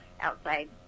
outside